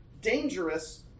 dangerous